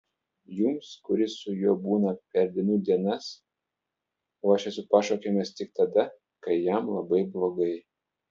jums kuris su juo būna per dienų dienas o aš esu pašaukiamas tik tada kai jam labai blogai